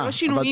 לא שינויים.